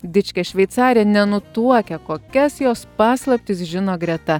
dičkę šveicarė nenutuokia kokias jos paslaptis žino greta